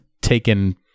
taken